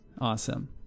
Awesome